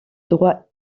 droit